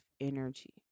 energy